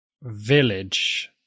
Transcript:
village